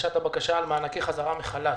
להגשת הבקשה למענקי חזרה מחל"ת.